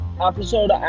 episode